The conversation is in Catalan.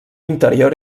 interior